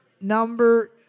number